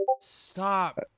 stop